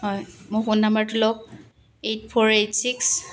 হয় মোৰ ফোন নম্বৰটো লওক এইট ফ'ৰ এইট ছিক্স